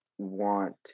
want